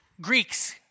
Greeks